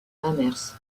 mamers